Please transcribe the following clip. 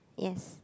yes